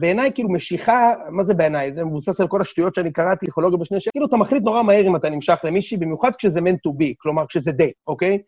בעיניי כאילו משיכה... מה זה בעיניי? זה מבוסס על כל השטויות שאני קראתי, פסיכולוגיה בשני שקל. כאילו אתה מחליט נורא מהר אם אתה נמשך למישהי, במיוחד כשזה מינט טו בי, כלומר, כשזה זה, אוקיי?